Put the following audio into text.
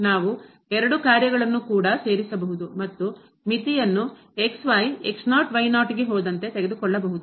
ನಾವು ಎರಡು ಕಾರ್ಯಗಳನ್ನು ಕೂಡ ಸೇರಿಸಬಹುದು ಮತ್ತು ಮಿತಿಯನ್ನು ಗೆ ಹೋದಂತೆ ತೆಗೆದುಕೊಳ್ಳಬಹುದು